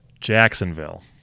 jacksonville